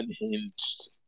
unhinged